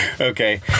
Okay